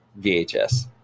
VHS